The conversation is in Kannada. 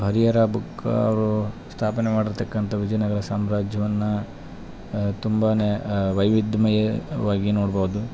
ಹರಿಯರ ಬುಕ್ಕ ಅವರು ಸ್ಥಾಪನೆ ಮಾಡಿರ್ತಕ್ಕಂಥ ವಿಜಯನಗರ ಸಾಮ್ರಾಜ್ಯವನ್ನ ತುಂಬ ವೈವಿಧ್ಯಮಯವಾಗಿ ನೋಡ್ಬೌದು